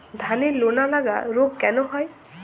ধানের লোনা লাগা রোগ কেন হয়?